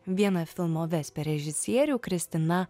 viena filmo vesper režisierių kristina